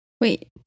Wait